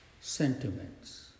Sentiments